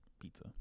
Pizza